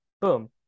boom